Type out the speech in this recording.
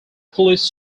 police